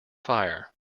fire